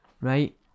right